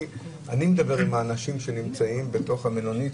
אני מדבר עם אנשים שנמצאים בתוך המלונית,